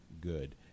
good